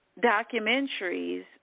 documentaries